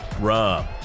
Rob